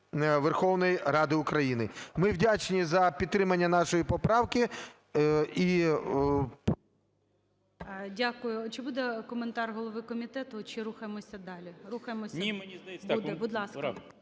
Верховної Ради України. Ми вдячні за підтримання нашої поправки